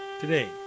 Today